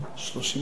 30 דקות?